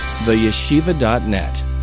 TheYeshiva.net